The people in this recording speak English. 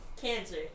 cancer